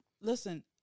Listen